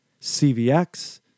CVX